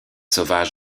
sauvages